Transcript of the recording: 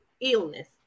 illness